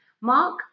Mark